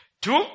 Two